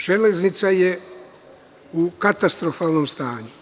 Železnica je u katastrofalnom stanju.